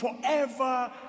forever